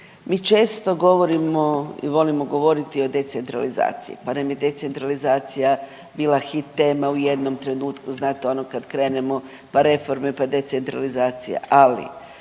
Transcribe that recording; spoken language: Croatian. Mi često govorimo i volimo govoriti o decentralizaciji, pa nam je decentralizacija bila hit tema u jednom trenutku znate ono kad krenemo, pa reforme, pa decentralizacija